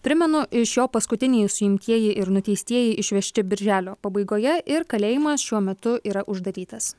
primenu iš jo paskutiniai suimtieji ir nuteistieji išvežti birželio pabaigoje ir kalėjimas šiuo metu yra uždarytas